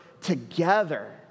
together